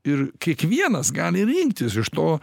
ir kiekvienas gali rinktis iš to